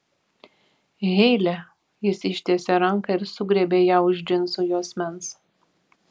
heile jis ištiesė ranką ir sugriebė ją už džinsų juosmens